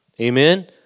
Amen